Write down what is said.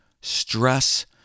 stress